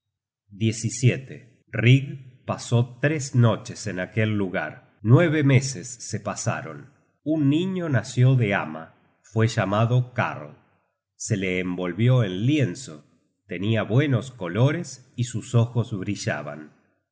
rig pasó tres noches en aquel lugar nueve meses se pasaron un niño nació de amma fue llamado karl se le envolvió en lienzo tenia buenos colores y sus ojos brillaban